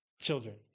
children